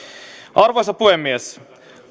arvoisa puhemies